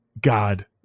God